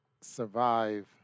survive